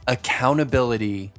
Accountability